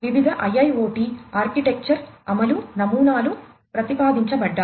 వివిధ IIoT architecture అమలు నమూనాలు ప్రతిపాదించబడ్డాయి